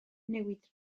newid